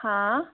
हाँ